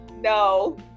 No